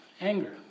anger